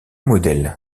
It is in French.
modèles